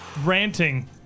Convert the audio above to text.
ranting